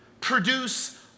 produce